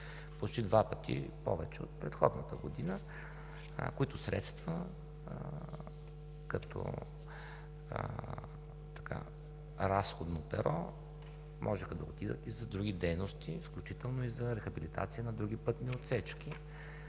почти два пъти повече от предходната година, които средства, като разходно перо, можеха да отидат и за други дейности, включително и за рехабилитация на други пътни отсечки.